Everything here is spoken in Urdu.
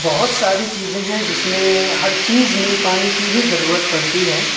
بہت ساری چیزیں ہیں جس میں ہر چیز میں پانی کی ہی ضرورت پڑتی ہے